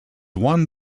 one